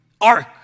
ark